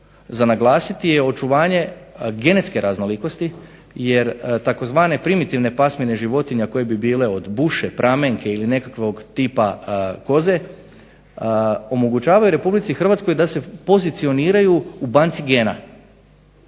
za naglasiti je očuvanje genetske raznolikosti jer tzv. primitivne pasmine životinja koje bi bile od Buše, Pramenke ili nekakvog tipa koze omogućavaju RH da se pozicioniraju u banci gena.